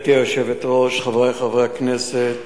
גברתי היושבת-ראש, חברי חברי הכנסת,